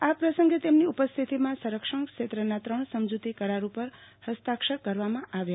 આ પ્રસંગે તેમની ઉપસ્થિતિમાં સંરક્ષણ ક્ષેત્રના ત્રણ સમજૂતી કરાર ઉપર હસ્તાક્ષર કરવામાં આવ્યા